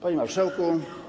Panie Marszałku!